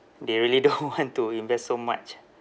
they really don't want to invest so much